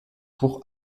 pour